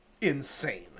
insane